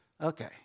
Okay